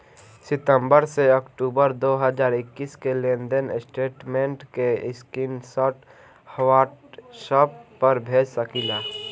सितंबर से अक्टूबर दो हज़ार इक्कीस के लेनदेन स्टेटमेंट के स्क्रीनशाट व्हाट्सएप पर भेज सकीला?